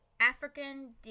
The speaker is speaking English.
African